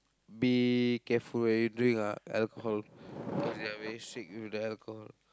be careful when you drink ah alcohol cause they are very strict with the alcohol